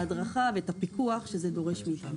ההדרכה והפיקוח שזה דורש מאיתנו.